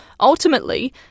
Ultimately